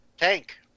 Tank